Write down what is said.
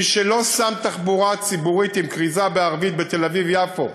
מי שלא שם תחבורה ציבורית עם כריזה בערבית בתל-אביב יפו,